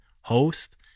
host